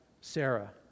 Sarah